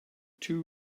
two